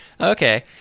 Okay